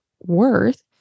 worth